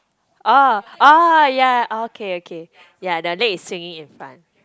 oh oh ya okay okay ya the leg is swinging in front